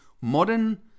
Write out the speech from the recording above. modern